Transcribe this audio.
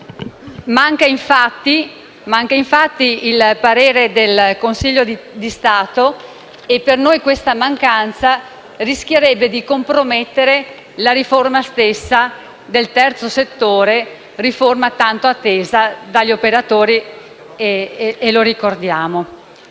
Manca, infatti, il parere del Consiglio di Stato e per noi questa mancanza rischierebbe di compromettere la riforma stessa del terzo settore, riforma tanto attesa dagli operatori, come ricordiamo.